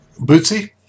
Bootsy